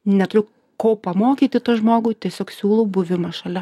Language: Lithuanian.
neturiu ko pamokyti tą žmogų tiesiog siūlau buvimą šalia